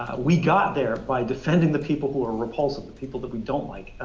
we got there by defending the people who are repulsive, the people that we don't like,